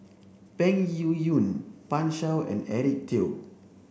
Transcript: Peng Yuyun Pan Shou and Eric Teo